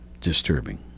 disturbing